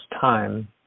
time